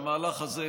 שהמהלך הזה,